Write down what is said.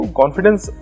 confidence